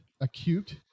acute